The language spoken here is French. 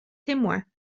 témoins